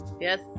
yes